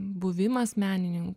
buvimas meninin